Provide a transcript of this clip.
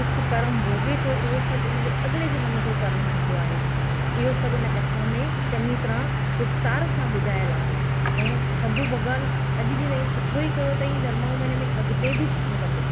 कुझु कर्म भोगे थो उहो सभु हुन जो अॻिले जन्म जो कर्म हूंदो आहे इहो सभु हिन कथाउनि में चङी तरहि विस्तार सां ॿुधायल आहे ऐं सभु भॻवानु अॼ बि ताईं सुठो ई कयो तईं धर्माऊ महिने में अॻिते बि सुठो कंदो